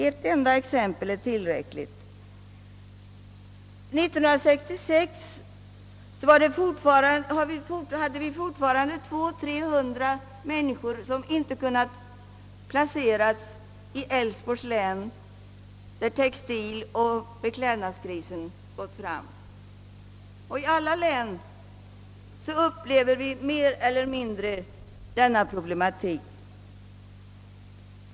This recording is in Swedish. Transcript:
Ett enda exempel är tillräckligt: 1966 hade vi fortfarande 200, 300 människor som inte kunnat placeras i Älvsborgs län, där textiloch beklädnadskrisen gått fram. I alla län upplever vi denna problematik mer eller mindre.